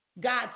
God